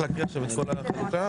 אני חושב שעל זה צריך לדון בנפרד.